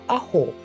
aho